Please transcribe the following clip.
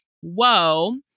whoa